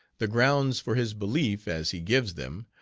the grounds for his belief, as he gives them,